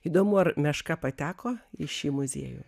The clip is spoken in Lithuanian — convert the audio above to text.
įdomu ar meška pateko į šį muziejų